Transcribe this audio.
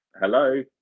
Hello